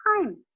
time